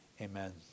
amen